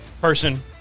person